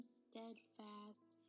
steadfast